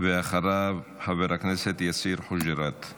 אחריו, חבר הכנסת יאסר חוג'יראת.